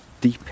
deep